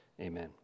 Amen